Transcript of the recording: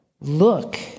look